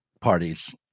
parties